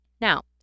Now